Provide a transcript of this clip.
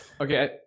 Okay